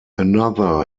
another